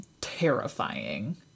terrifying